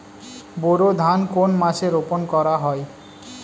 বোরো ধান কোন মাসে রোপণ করা হয়?